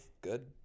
good